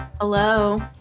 hello